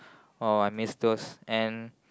oh I miss those and